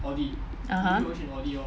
(uh huh)